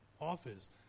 office